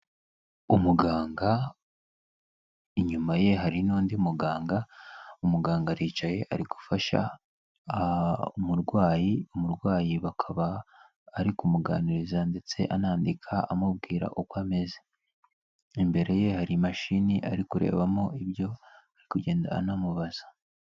Umuganga, inyuma ye hari n'undi muganga, umuganga aricaye ari gufasha umurwayi, umurwayi bakaba ari kumuganiriza ndetse anandika amubwira uko ameze, imbere ye hari imashini ari kurebamo ibyo ari kugenda anamubaza.